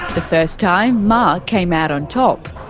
the first time, mark came out on top,